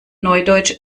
neudeutsch